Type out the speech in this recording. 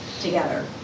together